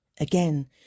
Again